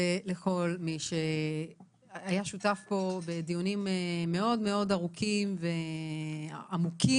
ולכל מי שהיה שותף פה בדיונים מאוד מאוד ארוכים ועמוקים